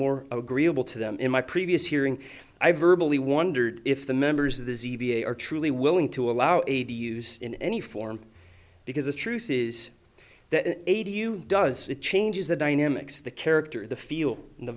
more agreeable to them in my previous hearing i virtually wondered if the members of the z v a are truly willing to allow aid to use in any form because the truth is that a t u does it changes the dynamics the character the feel the